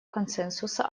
консенсуса